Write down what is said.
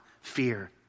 fear